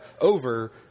over